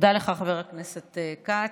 חבר הכנסת כץ.